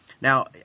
Now